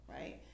right